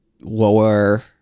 lower